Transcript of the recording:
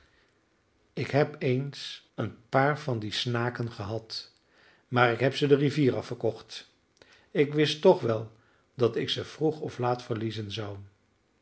ik heb eens een paar van die snaken gehad maar ik heb ze de rivier af verkocht ik wist toch wel dat ik ze vroeg of laat verliezen zou